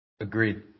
agreed